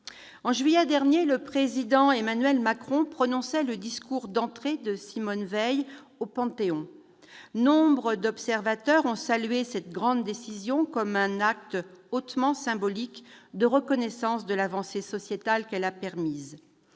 En juillet dernier, le président Emmanuel Macron annonçait, lors de son discours d'hommage national, l'entrée de Simone Veil au Panthéon. Nombre d'observateurs ont salué cette grande décision comme un acte hautement symbolique de reconnaissance de l'avancée sociétale qu'elle a permise.